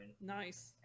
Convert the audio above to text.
Nice